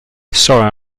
sorry